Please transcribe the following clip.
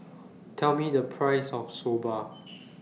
Tell Me The Price of Soba